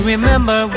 Remember